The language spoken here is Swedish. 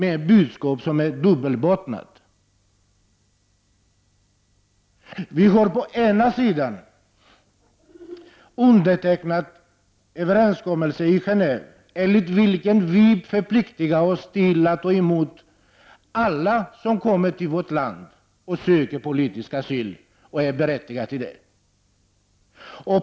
Å ena sidan har vi undertecknat en överenskommelse i Genéve, enligt vilken vi förpliktigar oss till att ta emot alla som kommer till vårt land och söker politisk asyl och som är berättigade till detta.